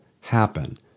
happen